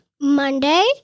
Monday